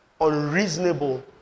unreasonable